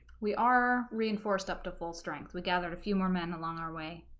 we are reinforced up to full strength we gathered a few more men along our way